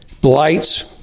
blights